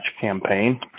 campaign